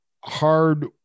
hard